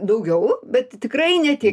daugiau bet tikrai ne tiek